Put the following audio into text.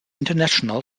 international